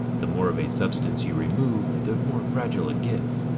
the more of a substance you remove, the more fragile it gets.